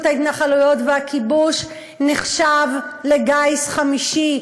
ההתנחלויות והכיבוש נחשב לגיס חמישי,